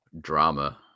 drama